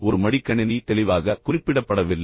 ஒரு மடிக்கணினி தெளிவாக குறிப்பிடப்படவில்லை